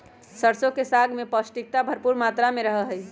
सरसों के साग में पौष्टिकता भरपुर मात्रा में रहा हई